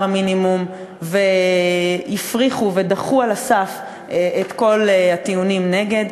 המינימום והפריכו ודחו על הסף את כל הטיעונים נגד.